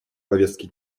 повестки